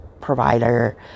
provider